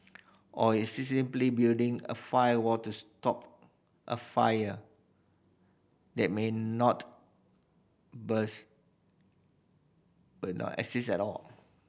or is this simply building a firewall to stop a fire that may not exist at all